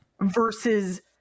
versus